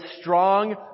strong